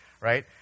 right